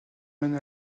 mène